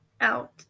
out